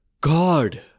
God